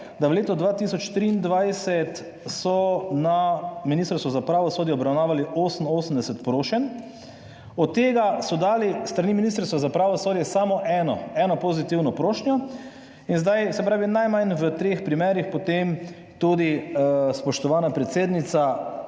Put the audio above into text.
da v letu 2023 so na Ministrstvu za pravosodje obravnavali 88 prošenj, od tega so dali s strani Ministrstva za pravosodje samo eno, eno pozitivno prošnjo, in zdaj, se pravi najmanj v treh primerih potem tudi spoštovana predsednica